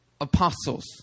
apostles